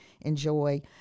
enjoy